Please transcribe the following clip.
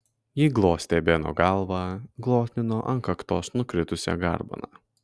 ji glostė beno galvą glotnino ant kaktos nukritusią garbaną